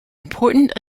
important